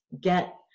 get